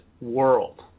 world